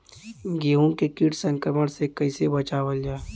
गेहूँ के कीट संक्रमण से कइसे बचावल जा?